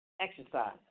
exercise